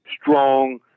strong